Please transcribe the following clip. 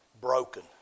broken